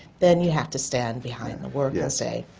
then you have to stand behind the work and say,